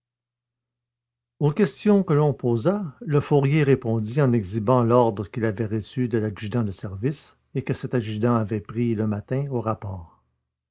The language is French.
aux questions qu'on lui posa le fourrier répondit en exhibant l'ordre qu'il avait reçu de l'adjudant de service et que cet adjudant avait pris le matin au rapport